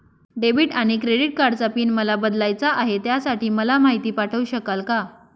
Debit आणि credit कार्डचा PIN मला बदलायचा आहे, त्यासाठी मला माहिती पाठवू शकाल का?